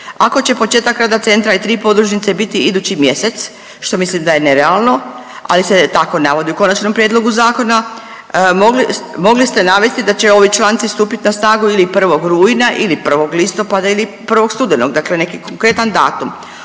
Ako će početak rada centra i tri podružnice biti idući mjesec što mislim da je nerealno ali se tako navodi u Konačnom prijedlogu zakona mogli ste navesti da će ovi članci stupiti na snagu ili 1. rujna ili 1. listopada ili 1. studenog. Dakle, neki konkretan datum.